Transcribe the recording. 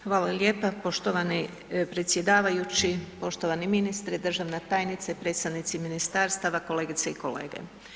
Hvala lijepa, poštovani predsjedavajući, poštovani ministre, državna tajnice, predstavnici ministarstava, kolegice i kolege.